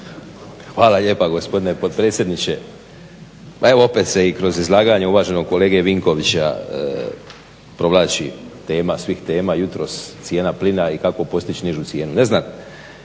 Hvala lijepa gospodine potpredsjedniče. Pa evo opet se kroz izlaganja uvaženog kolege Vinkovića provlači tema svih tema jutros cijena plina i kako postići nižu cijenu.